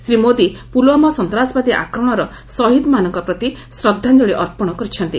ଶ୍ରୀ ମୋଦି ପୁଲଓ୍ୱାମା ସନ୍ତାସବାଦୀ ଆକ୍ରମଣର ଶହୀଦମାନଙ୍କ ପ୍ରତି ଶ୍ରଦ୍ଧାଞ୍ଜଳି ଅର୍ପଣ କରିଛନ୍ତି